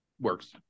works